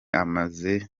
amaze